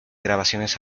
grabaciones